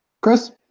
Chris